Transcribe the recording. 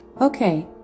Okay